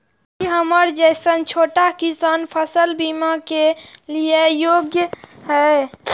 की हमर जैसन छोटा किसान फसल बीमा के लिये योग्य हय?